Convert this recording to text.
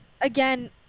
again